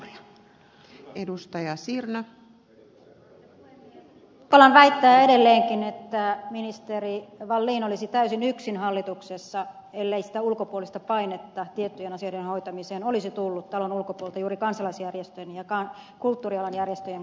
uskallan väittää edelleenkin että ministeri wallin olisi täysin yksin hallituksessa ellei sitä ulkopuolista painetta tiettyjen asioiden hoitamiseen olisi tullut talon ulkopuolelta juuri kansalaisjärjestöjen ja kulttuurialan järjestöjen kautta